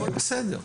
הכול בסדר.